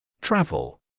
Travel